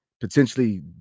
potentially